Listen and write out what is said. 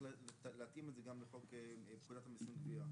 להתאים את זה גם לחוק פקודת המיסוי והגביה.